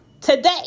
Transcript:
today